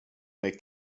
make